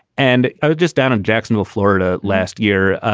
and i was just down in jacksonville, florida last year,